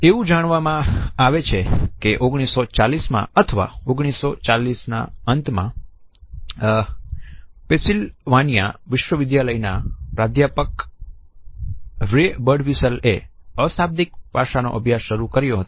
એવું જાણવામાં આવ્યુ છે કે 1940માં અથવા 1940 ના અંત માં પેન્સિલવેનિયા વિશ્વવિદ્યાલય ના પ્રાધ્યાપક રે બર્ડવીસલ એ અશાબ્દિક પાસા નો અભ્યાસ શરુ કર્યો હતો